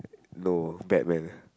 no Batman